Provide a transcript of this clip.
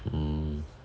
mm